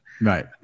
Right